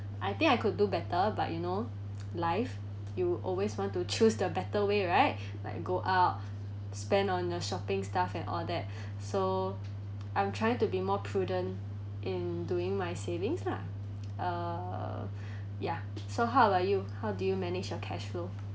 I think I could do better but you know life you always want to choose the better way right like go out spend on your shopping stuff and all that so I'm trying to be more prudent in doing my savings lah uh ya so how about you how do you manage your cash flow